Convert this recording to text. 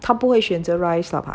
他不会选择 rice lah